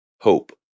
hope